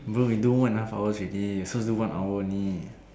bro we do one and a half hours already supposed to do one hour only